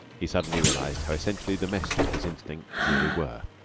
he suddenly realised how essentially domestic his instincts really were.